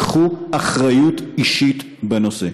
קחו אחריות אישית בנושא.